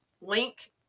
link